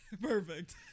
Perfect